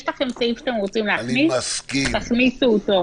יש לכם סעיף שאתם רוצים להכניס, תכניסו אותו.